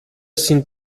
sind